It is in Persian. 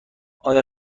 آیا